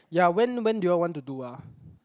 ya when when do you all want to do ah